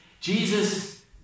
Jesus